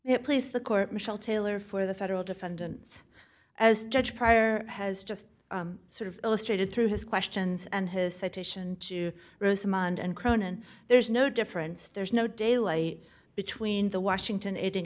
it please the court michele taylor for the federal defendants as judge pryor has just sort of illustrated through his questions and his citation to rosemont and cronan there's no difference there's no daylight between the washington